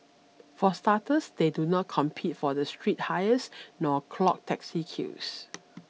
for starters they do not compete for the street hires nor clog taxi queues